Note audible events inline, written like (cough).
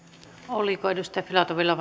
oliko edustaja filatovilla (unintelligible)